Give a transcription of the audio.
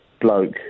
bloke